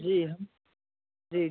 जी जी